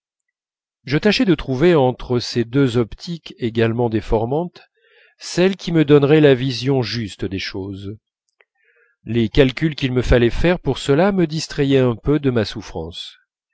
je tâchais de trouver entre ces deux optiques également déformantes celle qui me donnerait la vision juste des choses les calculs qu'il me fallait faire pour cela me distrayaient un peu de ma souffrance